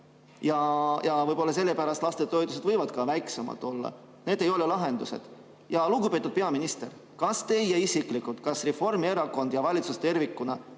ja võib-olla sellepärast lastetoetused võivad ka väiksemad olla. Need ei ole lahendused. Lugupeetud peaminister, kas teie isiklikult, Reformierakond ja valitsus tervikuna